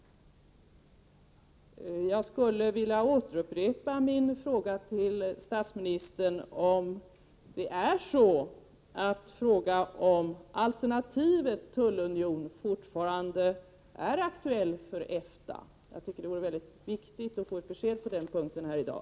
Jag vill upprepa min fråga till statsministern om alternativet tullunion fortfarande är aktuellt för EFTA. Det vore viktigt att få besked på den punkten här i dag.